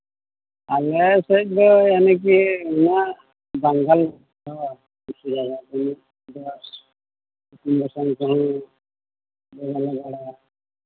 ᱟᱨ ᱱᱮᱥ ᱥᱮᱡ ᱫᱚ ᱮᱢᱱᱤ ᱠᱤ ᱱᱚᱣᱟ ᱵᱟᱝᱜᱟᱞ ᱤᱥᱤᱱ ᱵᱟᱥᱟᱝ ᱠᱚᱦᱚᱸ ᱵᱟᱝᱜᱟᱞ ᱨᱮ ᱚᱱᱟ